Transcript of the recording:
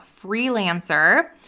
freelancer